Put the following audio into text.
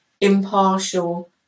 impartial